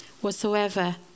Whatsoever